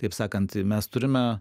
taip sakant mes turime